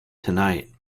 tonight